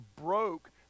broke